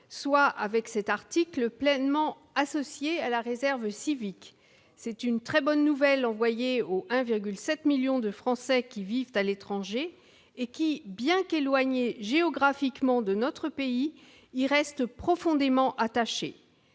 soient, par cet article, pleinement associés à la réserve civique. On donne ainsi une très bonne nouvelle au 1,7 million de Français qui vivent à l'étranger et qui, bien qu'ils soient éloignés géographiquement de notre pays, y restent profondément attachés.